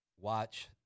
Watch